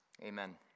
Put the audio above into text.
Amen